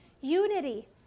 unity